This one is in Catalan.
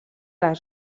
les